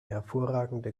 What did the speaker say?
hervorragende